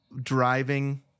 driving